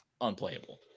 unplayable